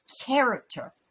character